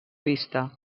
vista